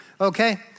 okay